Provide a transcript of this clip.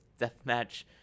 Deathmatch